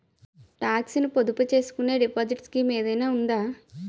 Talks ను పొదుపు చేసుకునే డిపాజిట్ స్కీం ఏదైనా ఉందా?